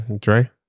Dre